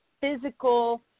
physical